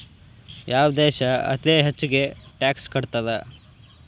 ಯಾವ್ ದೇಶ್ ಅತೇ ಹೆಚ್ಗೇ ಟ್ಯಾಕ್ಸ್ ಕಟ್ತದ?